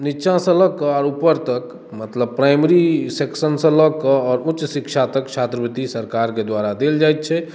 नीचाँ सँ लऽ कऽ आओर ऊपर तक मतलब प्राइमरी सेक्शनसँ लऽ कऽ आओर उच्च शिक्षा तक छात्रवृत्ति सरकार के द्वारा देल जाइत छै